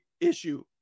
issue